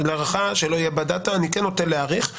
אני כן נוטה להאריך.